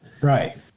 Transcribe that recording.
Right